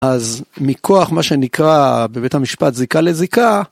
אז מכוח מה שנקרא בבית המשפט זיקה לזיקה..